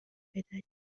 بداریم